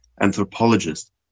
anthropologist